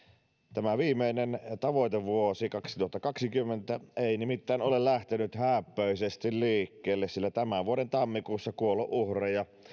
tämä viimeinen tavoitevuosi kaksituhattakaksikymmentä ei nimittäin ole lähtenyt hääppöisesti liikkeelle sillä tämän vuoden tammikuussa kuolonuhreja